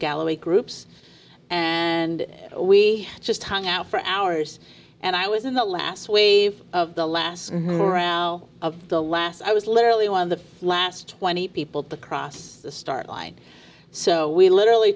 gallery groups and we just hung out for hours and i was in the last wave of the last hour the last i was literally one of the last twenty people to cross the start line so we literally